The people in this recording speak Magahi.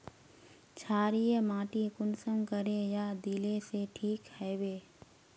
क्षारीय माटी कुंसम करे या दिले से ठीक हैबे?